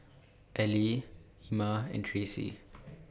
Ellie Ima and Tracey